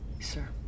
sir